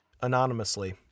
Anonymously